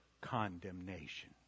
condemnation